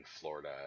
Florida